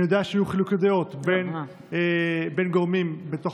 אני יודע שהיו חילוקי דעות בין גורמים בתוך